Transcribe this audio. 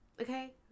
okay